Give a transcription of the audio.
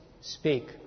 speak